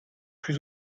plus